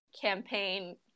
campaign